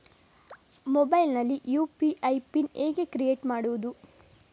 Mobile ನಲ್ಲಿ UPI PIN ಹೇಗೆ create ಮಾಡುವುದು?